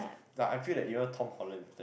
like I feel that even Tom-Holland